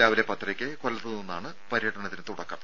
രാവിലെ പത്തരക്ക് കൊല്ലത്ത് നിന്നാണ് പര്യടനത്തിന് തുടക്കം